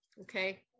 Okay